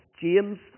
James